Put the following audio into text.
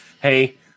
hey